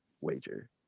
wager